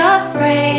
afraid